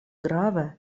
grave